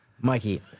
Mikey